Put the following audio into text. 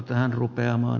arvoisa puhemies